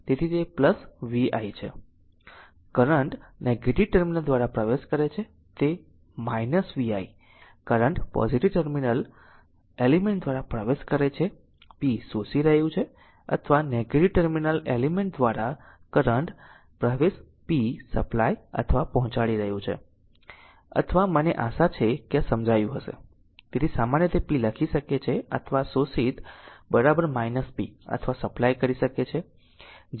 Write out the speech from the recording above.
તેથી તે vi છે કરંટ નેગેટીવ ટર્મિનલ દ્વારા પ્રવેશ કરે છે તે છે vi current positive terminal element દ્વારા પ્રવેશ કરે છે p શોષી રહ્યું છે અથવા નેગેટીવ ટર્મિનલ એલિમેન્ટ દ્વારા કરંટ પ્રવેશ p સપ્લાય અથવા પહોંચાડી રહ્યું છે અથવા મને આશા છે કે આ સમજાયું હશે તેથી સામાન્ય રીતે p લખી શકે છે અથવા શોષિત p અથવા સપ્લાય કરી શકે છે